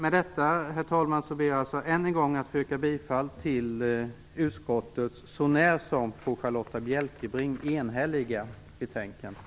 Med detta vill jag än en gång yrka bifall till utskottets, så när som på Charlotta L Bjälkebring, enhälliga hemställan i betänkandet.